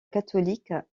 catholique